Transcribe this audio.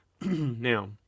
Now